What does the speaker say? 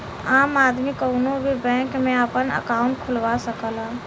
आम आदमी कउनो भी बैंक में आपन अंकाउट खुलवा सकला